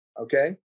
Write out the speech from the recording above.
okay